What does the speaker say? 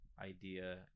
idea